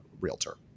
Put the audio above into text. realtor